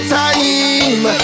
time